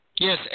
Yes